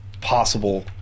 possible